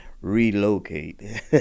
relocate